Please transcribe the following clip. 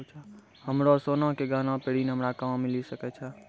हमरो सोना के गहना पे ऋण हमरा कहां मिली सकै छै?